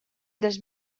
dels